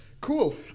Cool